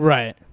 Right